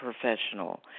professional